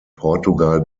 portugal